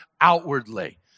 outwardly